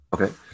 Okay